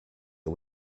are